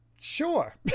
Sure